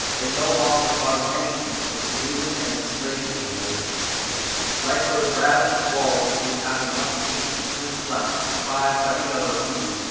they no longer thought of anything but subduing and enslaving their neighbours like those ravenous wolves, who having once tasted human flesh, despise every other food,